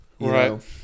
Right